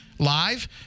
Live